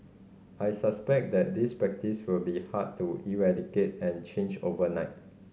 I suspect that this practice will be hard to eradicate and change overnight